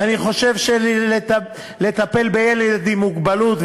ואני חושב שלטפל בילד עם מוגבלות,